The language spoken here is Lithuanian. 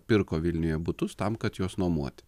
pirko vilniuje butus tam kad juos nuomoti